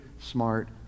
Smart